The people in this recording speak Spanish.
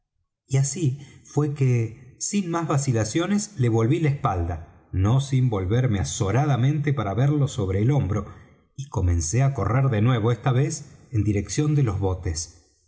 y así fué que sin más vacilaciones le volví la espalda no sin volverme azoradamente para verle sobre el hombro y comencé á correr de nuevo esta vez en dirección de los botes